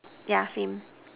yeah same